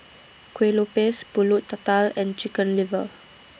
Kuih Lopes Pulut Tatal and Chicken Liver